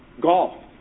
golf